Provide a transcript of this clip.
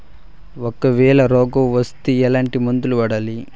ఒకవేల రోగం వస్తే ఎట్లాంటి మందులు వాడాలి?